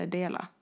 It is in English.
dela